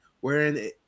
wherein